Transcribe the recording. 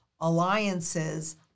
alliances